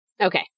Okay